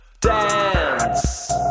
Dance